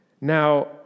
Now